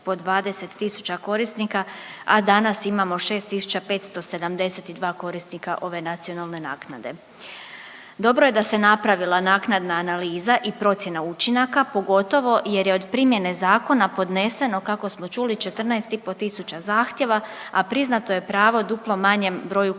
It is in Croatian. po 20 tisuća korisnika, a danas imamo 6572 korisnika ove nacionalne naknade. Dobro je da se napravila naknadna analiza i procjena učinaka, pogotovo jer je od primjene zakona podneseno, kako smo čuli, 14,5 tisuća zahtjeva, a priznato je pravo duplo manjem broju korisnika.